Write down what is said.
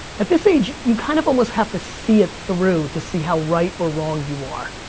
at this age, you kind of almost have to see it through to see how right or wrong you are.